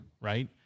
right